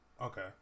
Okay